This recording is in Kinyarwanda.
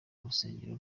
urusengero